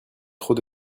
trop